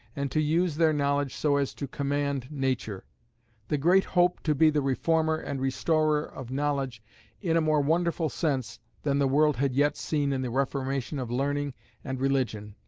and to use their knowledge so as to command nature the great hope to be the reformer and restorer of knowledge in a more wonderful sense than the world had yet seen in the reformation of learning and religion,